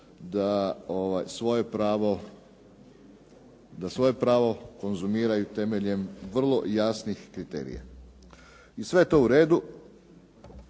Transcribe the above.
da svoje pravo konzumiraju temeljem vrlo jasnih kriterija. I sve je to u redu,